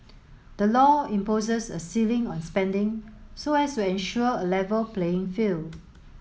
the law imposes a ceiling on spending so as to ensure a level playing field